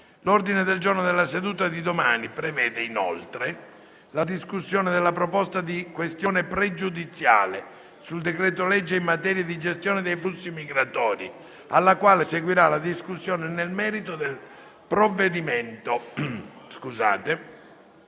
L'ordine del giorno della seduta di domani prevede inoltre la discussione della proposta di questione pregiudiziale sul decreto-legge in materia di gestione dei flussi migratori, alla quale seguirà la discussione nel merito del provvedimento,